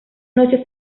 noche